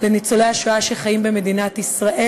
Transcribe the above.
לניצולי השואה שחיים במדינת ישראל.